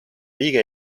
liige